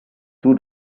two